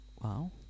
Wow